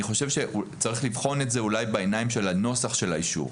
אני חושב שאולי צריך לבחון את זה בעיניים של הנוסח של האישור.